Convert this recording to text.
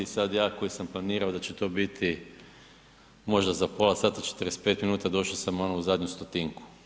I sada ja koji sam planirao da će to biti možda za pola sata, 45 minuta došao sam ono u zadnju stotinku.